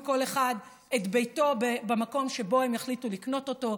כל אחד את ביתו במקום שבו הם יחליטו לקנות אותו,